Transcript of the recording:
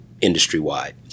industry-wide